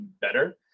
better